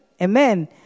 Amen